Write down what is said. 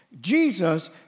Jesus